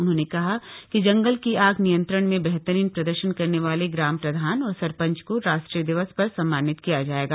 उन्होंने कहा कि जंगल की आग नियंत्रण में बेहतरीन प्रदर्शन करने वाले ग्राम प्रधान और सरपंच को राष्ट्रीय दिवस पर सम्मानित किया जाएगा